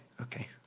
Okay